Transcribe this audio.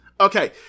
Okay